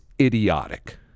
idiotic